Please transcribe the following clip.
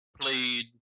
played